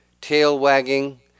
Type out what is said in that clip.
Tail-wagging